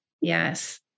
Yes